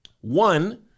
One